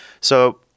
So-